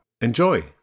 Enjoy